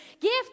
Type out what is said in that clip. gift